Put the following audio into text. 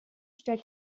stellt